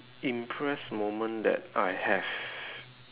impressed moment that I have